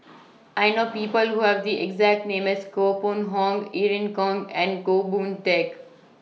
I know People Who Have The exact name as Koh Pun Hong Irene Khong and Goh Boon Teck